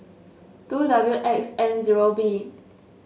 two W X N zero V